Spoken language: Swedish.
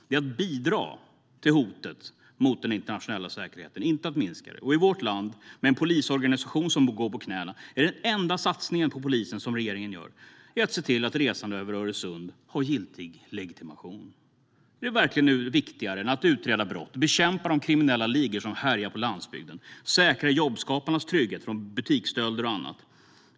Det är att bidra till hotet mot den internationella säkerheten - inte att minska det. Och i vårt land, med en polisorganisation som går på knäna, är den enda satsning på polisen som regeringen gör att se till att resande över Öresund har giltig legitimation. Är det verkligen viktigare än att utreda brott, bekämpa de kriminella ligor som härjar på landsbygden, säkra jobbskaparnas trygghet från butiksstölder och annat?